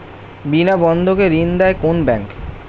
বিনা বন্ধক কে ঋণ দেয় কোন ব্যাংক?